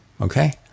okay